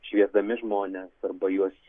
šviesdami žmones arba juos